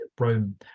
Rome